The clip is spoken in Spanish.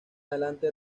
adelante